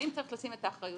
האם צריך לשים את האחריות,